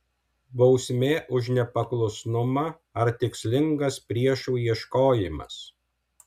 bausmė už nepaklusnumą ar tikslingas priešų ieškojimas